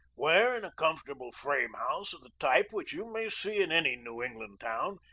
where, in a comfortable frame house of the type which you may see in any new england town,